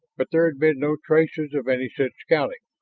but there had been no traces of any such scouting,